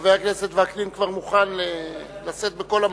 חבר הכנסת וקנין כבר מוכן לשאת בכל המשא.